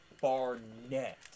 Barnett